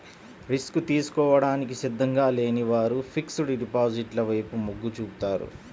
risk తీసుకోవడానికి సిద్ధంగా లేని వారు ఫిక్స్డ్ డిపాజిట్ల వైపు మొగ్గు చూపుతున్నారు